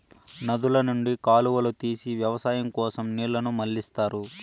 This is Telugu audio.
నదుల నుండి కాలువలు తీసి వ్యవసాయం కోసం నీళ్ళను మళ్ళిస్తారు